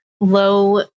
low